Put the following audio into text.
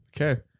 Okay